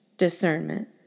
discernment